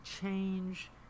change